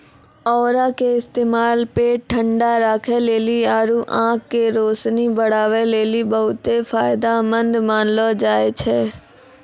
औरा के इस्तेमाल पेट ठंडा राखै लेली आरु आंख के रोशनी बढ़ाबै लेली बहुते फायदामंद मानलो जाय छै